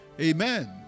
Amen